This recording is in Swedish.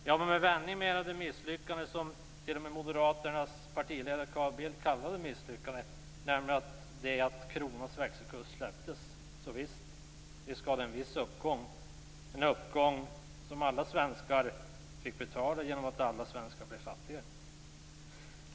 Om man med en vändning menar det misslyckande som t.o.m. Moderaternas partiledare Carl Bildt kallade ett misslyckande, nämligen att kronans växelkurs släpptes, så visst, visst gav det en viss uppgång. Det var en uppgång som alla svenskar fick betala genom att alla svenskar blev fattigare.